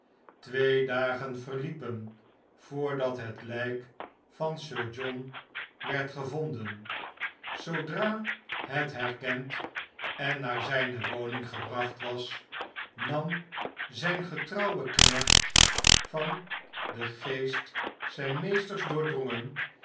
twee dagen verliepen voordat het lijk van sir john werd gevonden zoodra het herkend en naar zijne woning gebracht was nam zijn getrouwe knecht van den geest zijns meesters doordrongen